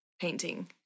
painting